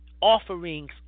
offerings